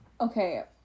Okay